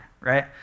right